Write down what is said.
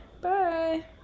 Bye